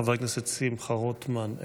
חבר הכנסת שמחה רוטמן,